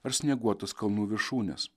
ar snieguotas kalnų viršūnes